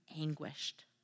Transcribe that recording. anguished